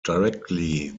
directly